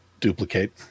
duplicate